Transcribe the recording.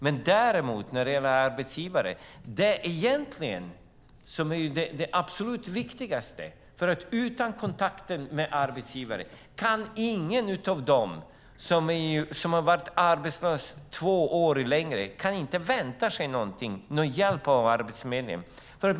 Det gäller däremot inte arbetsgivare, som egentligen är det absolut viktigaste. Utan kontakten med arbetsgivare kan ingen av dem som har varit arbetslösa två år och längre vänta sig någon hjälp av Arbetsförmedlingen.